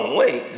wait